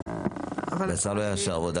אבל השר לא יאשר שעות עבודה